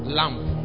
lamp